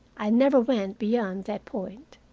i never went beyond that point.